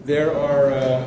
there are a